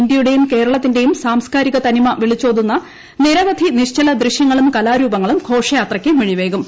ഇന്ത്യയുടെയും ക്ട്രേളത്തിന്റെയും സാംസ്കാരിക തനിമ വിളിച്ചോതുന്ന നിരവധി ് നിശ്ചല ദൃശ്യങ്ങളും കലാരൂപങ്ങളും ഘോഷയാത്രയ്ക്ക് മിഴിവേകും